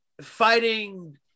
fighting